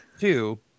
Two